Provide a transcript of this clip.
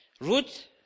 Ruth